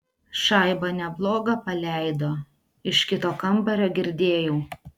šaibą neblogą paleido iš kito kambario girdėjau